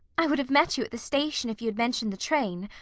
i would have met you at the station if you had mentioned the train.